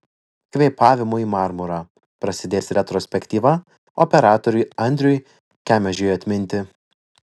kvėpavimu į marmurą prasidės retrospektyva operatoriui audriui kemežiui atminti